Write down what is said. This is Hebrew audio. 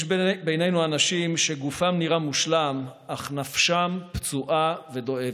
יש בינינו אנשים שגופם נראה מושלם אך נפשם פצועה ודואבת.